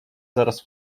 zaraz